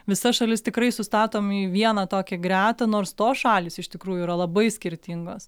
visas šalis tikrai sustatom į vieną tokią gretą nors tos šalys iš tikrųjų yra labai skirtingos